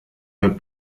del